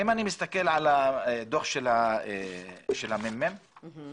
אם אני מסתכל על הדוח של מרכז המחקר והמידע,